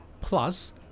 plus